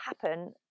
happen